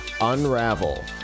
Unravel